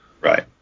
Right